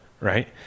right